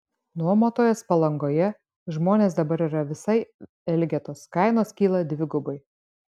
nuomotojas palangoje žmonės dabar yra visai elgetos kainos kyla dvigubai